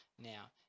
Now